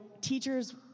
teachers